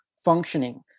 functioning